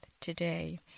today